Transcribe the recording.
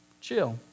chill